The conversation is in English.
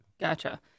Gotcha